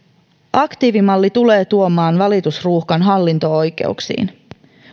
aktiivimalli tulee tuomaan valitusruuhkan hallinto oikeuksiin